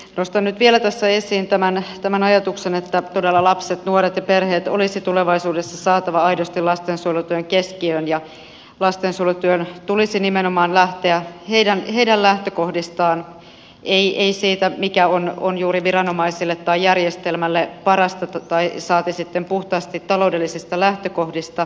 nostan nyt vielä tässä esiin tämän ajatuksen että todella lapset nuoret ja perheet olisi tulevaisuudessa saatava aidosti lastensuojelutyön keskiöön ja lastensuojelutyön tulisi nimenomaan lähteä heidän lähtökohdistaan ei siitä mikä on juuri viranomaisille tai järjestelmälle parasta saati sitten puhtaasti taloudellisista lähtökohdista